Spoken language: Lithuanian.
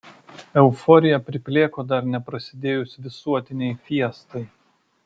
euforija priplėko dar neprasidėjus visuotinei fiestai